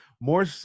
more